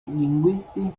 linguisti